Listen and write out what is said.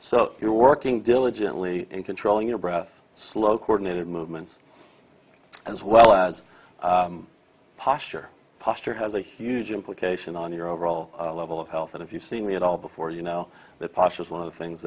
so you're working diligently in controlling your breath slow coordinated movements as well as posture posture has a huge implication on your overall level of health and if you see me at all before you know that posh is one of the things